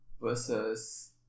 Versus